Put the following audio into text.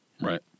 Right